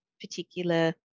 particular